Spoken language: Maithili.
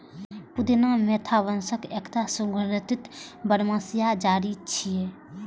पुदीना मेंथा वंशक एकटा सुगंधित बरमसिया जड़ी छियै